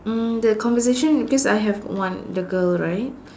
mm the conversation because I have one the girl right